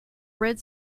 red